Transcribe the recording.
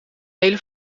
hele